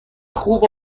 خوب